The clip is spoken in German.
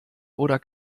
oder